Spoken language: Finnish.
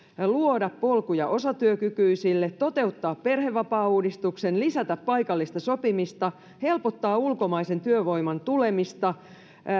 luoda polkuja osatyökykyisille toteuttaa perhevapaauudistuksen lisätä paikallista sopimista helpottaa ulkomaisen työvoiman tulemista